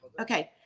okay.